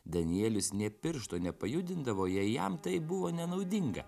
danielius nė piršto nepajudindavo jei jam tai buvo nenaudinga